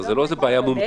זו לא איזה בעיה מומצאת.